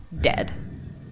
dead